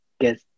get